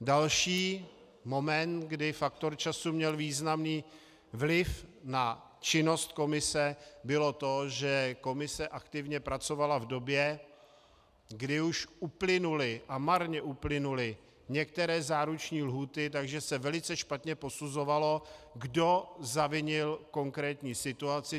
Další moment, kdy faktor času měl významný vliv na činnost komise, bylo to, že komise aktivně pracovala v době, kdy už uplynuly, a marně uplynuly, některé záruční lhůty, takže se velice špatně posuzovalo, kdo zavinil konkrétní situaci.